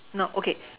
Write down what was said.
no okay